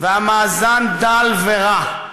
והמאזן דל ורע: